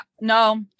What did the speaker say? No